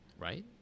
Right